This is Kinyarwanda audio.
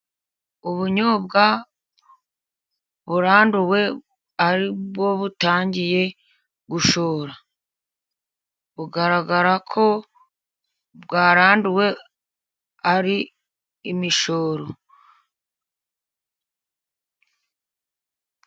Ubunyobwa buranduwe ari ko butangiye gushora bugaragara ko bwaranduwe ari imishoro.